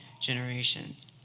generations